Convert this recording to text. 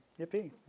yippee